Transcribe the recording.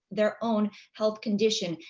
their own health condition,